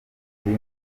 biri